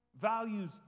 values